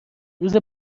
روز